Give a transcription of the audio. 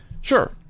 Sure